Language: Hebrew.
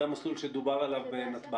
זה המסלול בנתב"ג שדובר עליו.